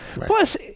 Plus